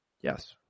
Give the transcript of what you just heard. Yes